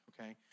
Okay